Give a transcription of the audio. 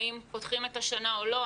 האם פותחים את השנה או לא.